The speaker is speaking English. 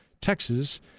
Texas